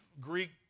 Greek